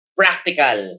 practical